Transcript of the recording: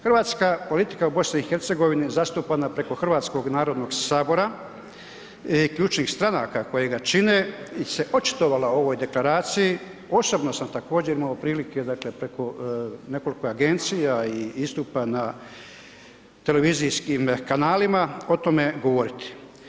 Hrvatska politika u BiH-u zastupana preko Hrvatskog narodnog sabora, ključnih stranaka kojega čine se očitovala o ovoj deklaraciji, osobno sam također imao prilike dakle preko nekoliko agencija i istupa na televizijskim kanalima, o tome govoriti.